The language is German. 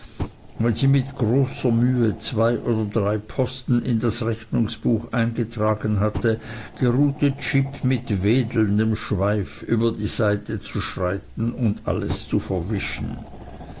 wenn sie mit großer mühe zwei oder drei posten in das rechnungsbuch eingetragen hatte geruhte jip mit wedelndem schweif über die seite zu schreiten und alles zu verwischen